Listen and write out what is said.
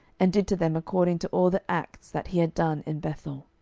and did to them according to all the acts that he had done in bethel.